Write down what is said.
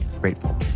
Grateful